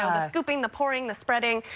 ah the scooping, the pouring, the spreading.